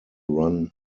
run